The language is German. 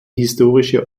historische